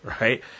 right